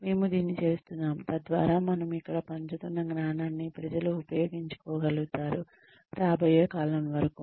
మేము దీన్ని చేస్తున్నాము తద్వారా మనం ఇక్కడ పంచుతున్న జ్ఞానాన్ని ప్రజలు ఉపయోగించుకోగలుగుతారు రాబోయే కాలం వరకు